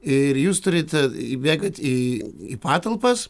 ir jūs turit įbėgant į į patalpas